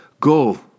Go